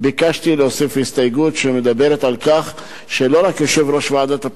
ביקשתי להוסיף הסתייגות שמדברת על כך שלא רק יושב-ראש ועדת הפנים,